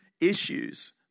issues